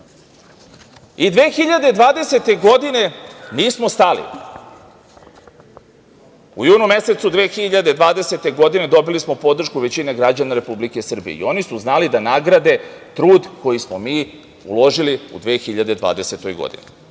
i 2020. godine nismo stali.U junu mesecu 2020. godine dobili smo podršku većine građana Republike Srbije i oni su znali da nagrade trud koji smo mi uložili u 2020. godini,